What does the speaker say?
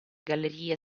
gallerie